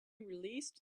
released